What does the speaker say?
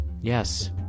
Yes